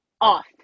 off